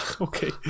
okay